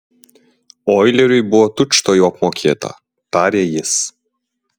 oileriui buvo tučtuojau apmokėta tarė jis